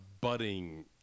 budding